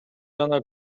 жана